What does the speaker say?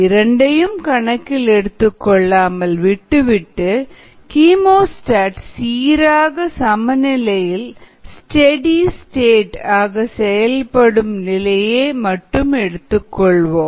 இரண்டையும் கணக்கில் எடுத்துக் கொள்ளாமல் விட்டு விட்டு கீமோஸ்டாட் சீராக சமநிலையில் ஸ்டெடி ஸ்டேட் ஆக செயல்படும் நிலையை மட்டுமே எடுத்துக் கொள்வோம்